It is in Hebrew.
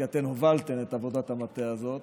כי אתן הובלתן את עבודת המטה הזאת.